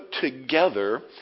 together